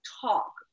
talk